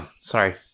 sorry